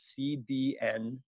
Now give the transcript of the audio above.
CDN